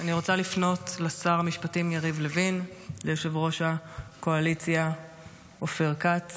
אני רוצה לפנות לשר המשפטים יריב לוין וליושב-ראש הקואליציה אופיר כץ